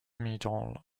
medal